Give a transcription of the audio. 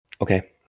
Okay